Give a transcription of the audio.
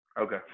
Okay